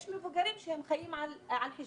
יש מבוגרים שחיים על חשבוננו,